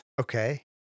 Okay